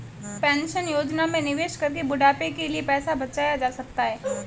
pension योजना में निवेश करके बुढ़ापे के लिए पैसा बचाया जा सकता है